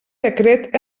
decret